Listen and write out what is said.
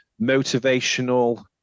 motivational